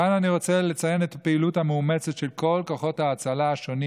כאן אני רוצה לציין את הפעילות המאומצת של כל כוחות ההצלה השונים,